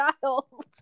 child